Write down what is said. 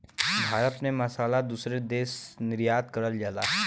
भारत से मसाला दूसरे देश निर्यात करल जाला